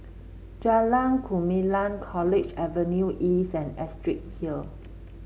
Jalan Gumilang College Avenue East and Astrid Hill